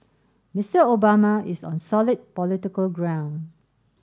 Mister Obama is on solid political ground